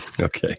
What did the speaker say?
Okay